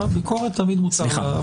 סליחה.